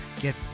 get